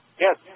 Yes